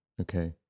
Okay